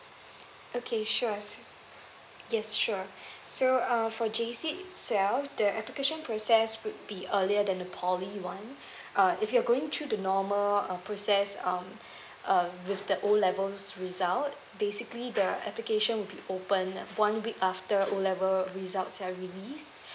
okay sure yes sure so uh for J_C itself the application process would be earlier than the poly one uh if you're going through the normal uh process um um with the O levels result basically the application would be open one week after O level results are release